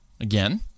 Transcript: again